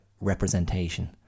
representation